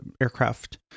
aircraft